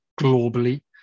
globally